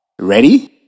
Ready